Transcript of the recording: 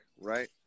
right